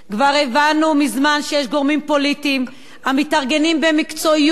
כבר הבנו מזמן שיש גורמים פוליטיים המתארגנים במקצועיות